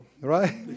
right